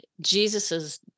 Jesus's